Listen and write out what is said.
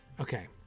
Okay